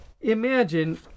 Imagine